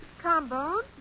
trombone